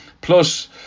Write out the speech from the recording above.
plus